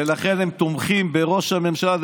ולכן הם תומכים בראש הממשלה.